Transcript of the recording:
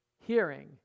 hearing